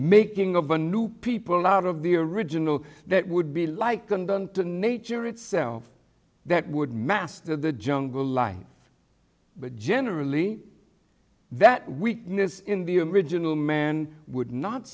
making of a new people out of the original that would be likened to nature itself that would master the jungle life but generally that weakness in the original man would not